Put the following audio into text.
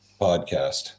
podcast